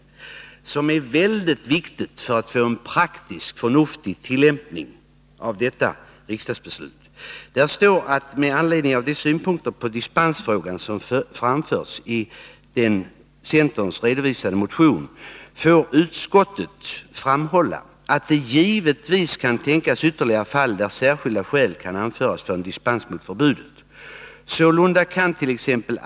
Vad som där anförs är oerhört viktigt för att få en praktisk och förnuftig tillämpning äv detta riksdagsbeslut. Så här skriver utskottet: ”Med anledning av de synpunkter på dispensfrågan som framförts i de nyss redovisade motionerna får utskottet framhålla att det givetvis kan tänkas ytterligare fall, där särskilda skäl kan anföras för en dispens mot förbudet. Sålunda kant.ex.